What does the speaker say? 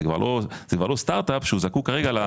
זה כבר לא זה כבר לא סטארט אפ שהוא זקוק כרגע לתמיכה שלנו.